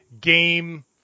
game